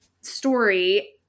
story